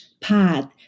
path